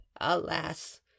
alas